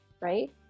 right